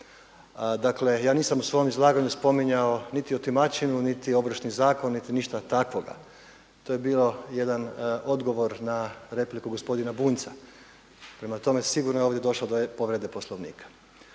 Dakle, ja nisam u svom izlaganju spominjao niti otimačinu, niti Ovršni zakon niti išta takvoga. To je bio jedan odgovor na repliku gospodina Bunjca. Prema tome, sigurno je ovdje došlo do povrede Poslovnika.